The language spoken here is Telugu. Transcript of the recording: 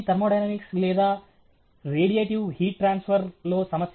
థర్మోడైనమిక్స్ లేదా రేడియేటివ్ హీట్ ట్రాన్స్ఫర్ లో సమస్య